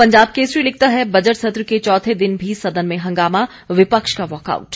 पंजाब केसरी लिखता है बजट सत्र के चौथे दिन भी सदन में हंगामा विपक्ष का वॉकआउट